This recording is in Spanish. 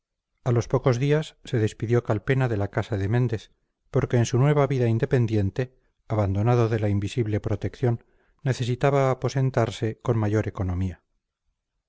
a los pocos días se despidió calpena de la casa de méndez porque en su nueva vida independiente abandonado de la invisible protección necesitaba aposentarse con mayor economía